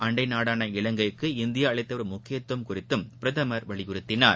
அண்டை நாடாள இலங்கைக்கு இந்தியா அளித்துவரும் முக்கியத்துவம் குறித்தும் பிரதமர் வலியுறுத்தினார்